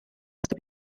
aasta